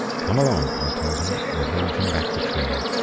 come along i told him, and handed him back the tray.